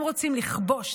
הם רוצים לכבוש,